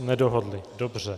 Nedohodli, dobře.